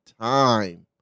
time